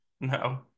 No